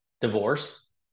divorce